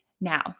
now